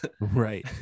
right